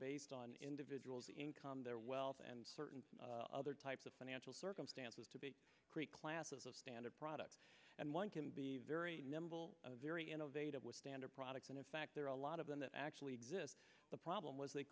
based on individual's income their wealth and certain other types of financial circumstances to create classes of standard products and one can be very nimble very innovative with standard products and in fact there are a lot of them that actually exist the problem was they